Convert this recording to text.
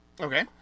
Okay